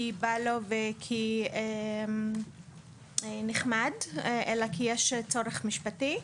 בא לו וכי זה נחמד אלא כי יש צורך משפטי.